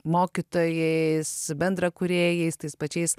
mokytojais bendrakūrėjais tais pačiais